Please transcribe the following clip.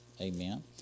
Amen